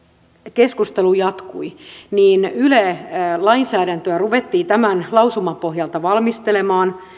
keskustelu jatkui yle lainsäädäntöä ruvettiin tämän lausuman pohjalta valmistelemaan